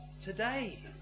today